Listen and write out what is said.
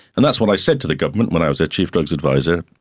and that's what i said to the government when i was their chief drugs adviser,